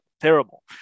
terrible